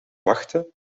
wachten